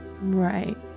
Right